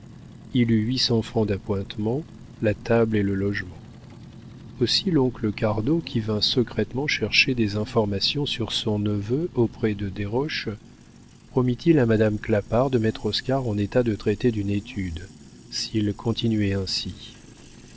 il eut huit cents francs d'appointements la table et le logement aussi l'oncle cardot qui vint secrètement chercher des informations sur son neveu auprès de desroches promit il à madame clapart de mettre oscar en état de traiter d'une étude s'il continuait ainsi